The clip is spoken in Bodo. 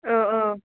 ओ औ